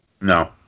No